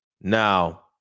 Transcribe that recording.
Now